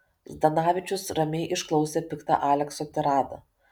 zdanavičius ramiai išklausė piktą alekso tiradą